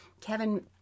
Kevin